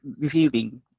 deceiving